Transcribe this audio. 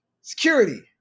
security